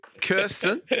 Kirsten